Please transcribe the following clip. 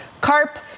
carp